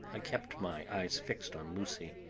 i kept my eyes fixed on lucy,